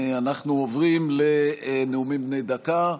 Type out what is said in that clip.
אנחנו עוברים לנאומים בני דקה.